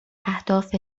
اهداف